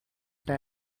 bag